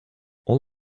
all